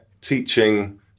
teaching